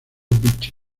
beach